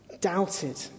doubted